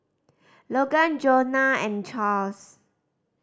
Logan Johnna and Charls